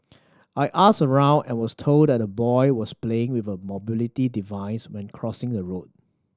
I asked around and was told that the boy was playing with a mobility device when crossing the road